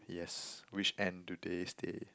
yes which end do they stay